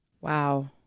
Wow